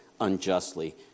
unjustly